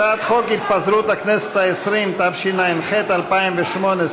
הצעת חוק התפזרות הכנסת העשרים, התשע"ח 2018,